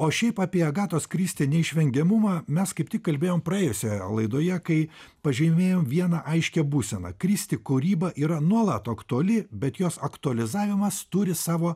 o šiaip apie agatos kristi neišvengiamumą mes kaip tik kalbėjom praėjusioje laidoje kai pažymėjom vieną aiškią būseną kristi kūryba yra nuolat aktuali bet jos aktualizavimas turi savo